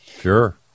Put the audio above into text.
Sure